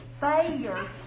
failure